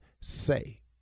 say